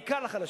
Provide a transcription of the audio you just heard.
בעיקר לחלשים.